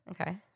Okay